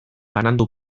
banandu